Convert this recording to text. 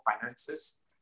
finances